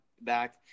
back